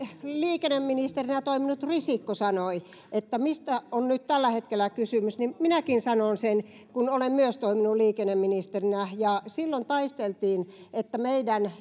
liikenneministerinä toiminut risikko sanoi että mistä on nyt tällä hetkellä kysymys niin minäkin sanon sen kun olen myös toiminut liikenneministerinä silloin taisteltiin siitä että meidän